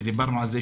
ודיברנו על זה,